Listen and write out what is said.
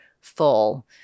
full